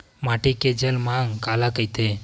माटी के जलमांग काला कइथे?